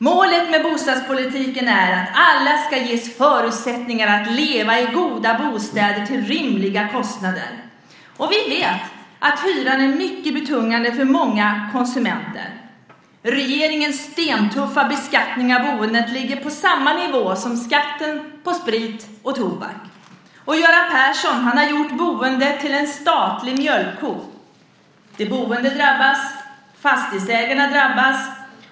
Målet med bostadspolitiken är att alla ska ges förutsättningar att leva i goda bostäder till rimliga kostnader. Vi vet att hyran är mycket betungande för många konsumenter. Regeringens stentuffa beskattning av boendet ligger på samma nivå som skatten på sprit och tobak. Göran Persson har gjort boendet till en statlig mjölkko. De boende drabbas. Fastighetsägarna drabbas.